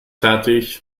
fertig